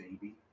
baby